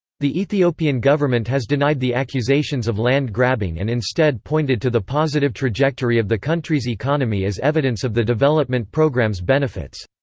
the ethiopian government has denied the accusations of land grabbing and instead pointed to the positive trajectory of the countries economy as evidence of the development program's benefits.